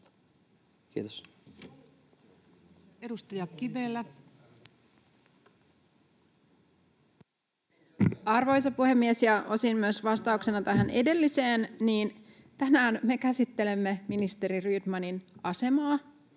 Time: 14:21 Content: Arvoisa puhemies! Osin myös vastauksena tähän edelliseen: Tänään me käsittelemme ministeri Rydmanin asemaa